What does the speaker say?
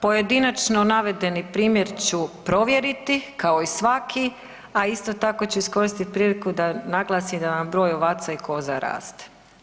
Pojedinačno navedeni primjer ću provjeriti kao i svaki, a isto tako ću iskoristiti priliku da naglasim da vam broj ovaca i koza raste.